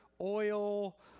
oil